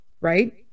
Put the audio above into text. right